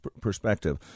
perspective